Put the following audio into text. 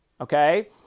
okay